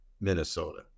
Minnesota